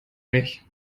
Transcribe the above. mich